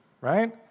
right